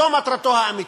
זו מטרתו האמיתית.